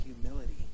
humility